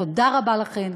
תודה רבה לכן.